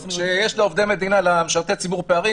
אז כשיש למשרתי ציבור פערים,